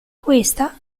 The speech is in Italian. questa